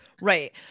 Right